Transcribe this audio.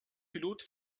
pilot